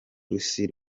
isi